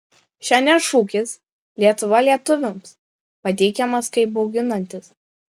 šiandien šūkis lietuva lietuviams pateikiamas kaip bauginantis